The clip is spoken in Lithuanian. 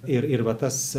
ir ir va tas